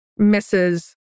Mrs